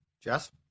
Jess